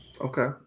Okay